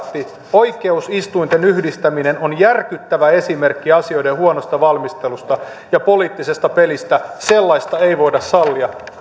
oikeusistuinten yhdistäminen on järkyttävä esimerkki asioiden huonosta valmistelusta ja poliittisesta pelistä sellaista ei voida sallia